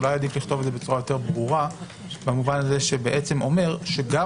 אולי עדיף לכתוב את זה בצורה יותר ברורה במובן הזה שבעצם אומר שגם